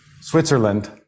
Switzerland